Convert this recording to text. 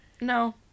No